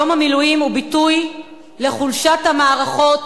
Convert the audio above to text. יום המילואים הוא ביטוי לחולשת המערכות